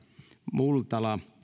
multala